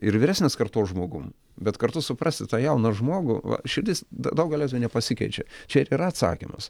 ir vyresnės kartos žmogum bet kartu suprasti tą jauną žmogų va širdis daugelio tai nepasikeičia čia ir yra atsakymas